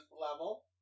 level